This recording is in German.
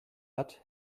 hat